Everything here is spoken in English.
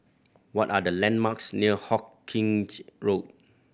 what are the landmarks near Hawkinge Road